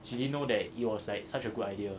she didn't know that it was like such a good idea